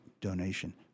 donation